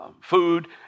food